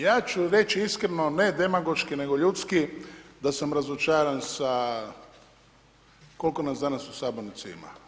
Ja ću reći iskreno, ne demagoški nego ljudski, da sam razočaran sa, koliko nas danas u sabornici ima.